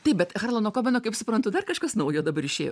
taip bet harlano kobeno kaip suprantu dar kažkas naujo dabar išėjo